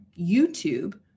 YouTube